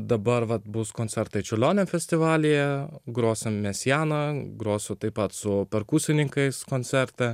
dabar vat bus koncertai čiurlionio festivalyje grosime mesianą grosu taip pat su perkusininkais koncertą